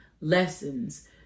lessons